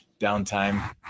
downtime